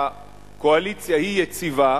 שהקואליציה היא יציבה,